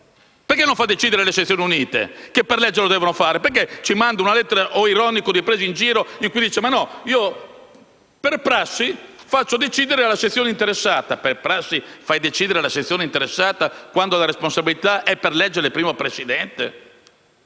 Perché non fa decidere le sezioni unite che per legge devono farlo? Perché ci manda una lettera, ironica o di presa in giro, in cui dice che «per prassi» fa decidere la sezione interessata? Per prassi fa decidere la sezione interessata, quando la responsabilità è per legge del primo presidente?